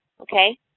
okay